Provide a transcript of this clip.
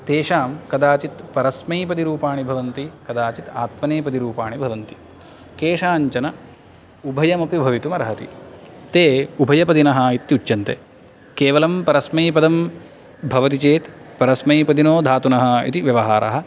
तेषां कदाचित् परस्मैपदिरूपाणि भवन्ति कदाचित् आत्मनेपदिरूपाणि भवन्ति केषाञ्चन उभयमपि भवितुमर्हति ते उभयपदिनः इत्युच्यन्ते केवलं परस्मैपदं भवति चेत् पस्मैपदिनोधातुनः इति व्यवहारः